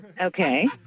Okay